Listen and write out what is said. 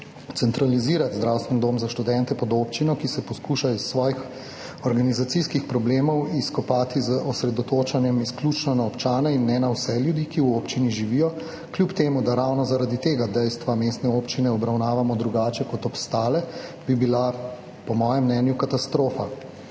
Centralizirati zdravstveni dom za študente pod občino, ki se poskuša iz svojih organizacijskih problemov izkopati z osredotočanjem izključno na občane in ne na vse ljudi, ki v občini živijo, kljub temu, da ravno zaradi tega dejstva mestne občine obravnavamo drugače kot obstale, bi bila po mojem mnenju katastrofa.